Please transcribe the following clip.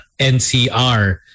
NCR